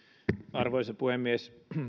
arvoisa puhemies